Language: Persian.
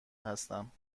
هستم